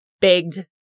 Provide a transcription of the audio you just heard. begged